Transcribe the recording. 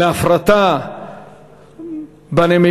על הפרטה בנמלים.